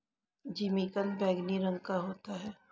जिमीकंद बैंगनी रंग का होता है